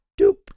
doop